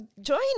join